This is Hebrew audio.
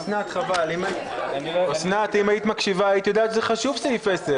הישיבה ננעלה בשעה